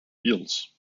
eels